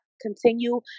Continue